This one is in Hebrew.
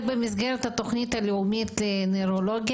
זה במסגרת התוכנית הלאומית נוירולוגיה?